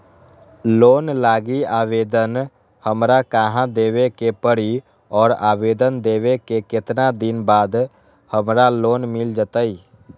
Loan लागी आवेदन हमरा कहां देवे के पड़ी और आवेदन देवे के केतना दिन बाद हमरा लोन मिल जतई?